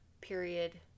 period